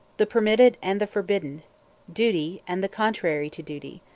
the permitted and the forbidden duty and the contrary to duty.